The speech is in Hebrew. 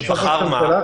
שבחר מה?